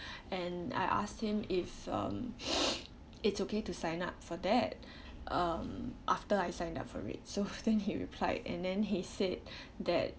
and I asked him if um it's okay to sign up for that um after I signed up for it so then he replied and then he said that